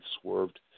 swerved